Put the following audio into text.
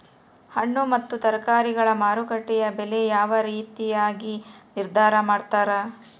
ಹಣ್ಣು ಮತ್ತು ತರಕಾರಿಗಳ ಮಾರುಕಟ್ಟೆಯ ಬೆಲೆ ಯಾವ ರೇತಿಯಾಗಿ ನಿರ್ಧಾರ ಮಾಡ್ತಿರಾ?